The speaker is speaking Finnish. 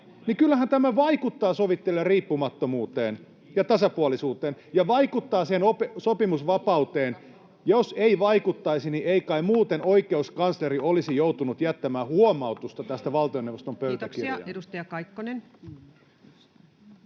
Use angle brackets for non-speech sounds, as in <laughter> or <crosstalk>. kyllähän tämä vaikuttaa sovittelijan riippumattomuuteen ja tasapuolisuuteen ja vaikuttaa siihen sopimusvapauteen. Jos ei vaikuttaisi, <noise> niin ei kai muuten oikeuskansleri olisi joutunut jättämään huomautusta tästä valtioneuvoston pöytäkirjaan. Kiitoksia. — Edustaja Kaikkonen.